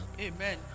Amen